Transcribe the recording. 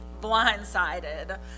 blindsided